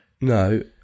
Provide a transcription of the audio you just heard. No